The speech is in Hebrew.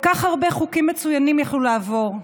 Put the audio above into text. כל כך הרבה חוקים מצוינים היו יכולים לעבור: